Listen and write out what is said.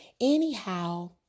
anyhow